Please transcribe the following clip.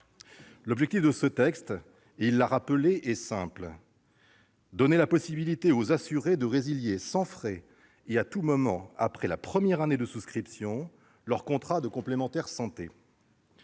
L'objectif de ce texte, il l'a rappelé, est simple : donner la possibilité aux assurés de résilier sans frais et à tout moment après la première année de souscription leurs contrats de complémentaire santé.